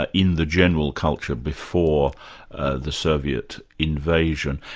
ah in the general culture, before the soviet invasion.